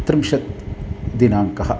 त्रिंशत्दिनाङ्कः